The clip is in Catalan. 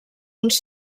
uns